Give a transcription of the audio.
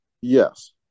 Yes